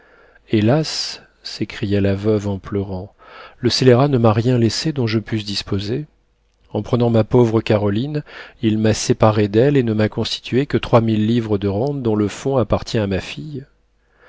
hélas s'écria la veuve en pleurant le scélérat ne m'a rien laissé dont je pusse disposer en prenant ma pauvre caroline il m'a séparée d'elle et ne m'a constitué que trois mille livres de rente dont le fonds appartient à ma fille